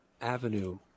avenue